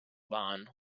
barn